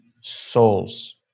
souls